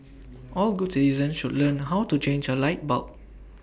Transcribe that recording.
all good citizens should learn how to change A light bulb